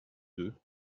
deux